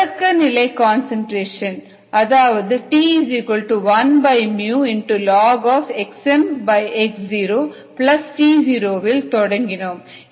தொடக்கநிலை கன்சன்ட்ரேஷன் அதாவது t1ln xmx0 t0 வில் தொடங்கினோம்